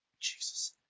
Jesus